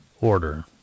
order